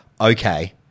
okay